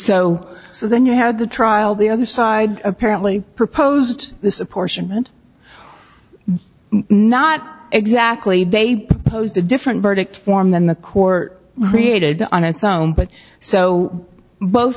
so so then you had the trial the other side apparently proposed this apportionment not exactly they posed a different verdict form than the court created on its own but so both